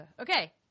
Okay